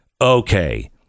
Okay